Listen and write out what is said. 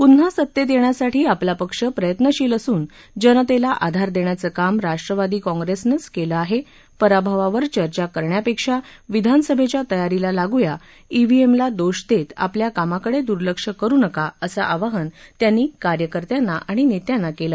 प्न्हा सतेत येण्यासाठी आपला पक्ष प्रयत्नशील असून जनतेला आधार देण्याचं काम राष्ट्रवादी काँग्रेसनंच केलं आहे पराभवावर चर्चा करण्यापेक्षा विधानसभेच्या तयारीला लागूया ईव्हीएमला दोष देत आपल्या कामाकडे दुर्लक्ष करु नका असं आवाहन त्यांनी कार्यकर्त्यांना आणि नेत्यांना केलं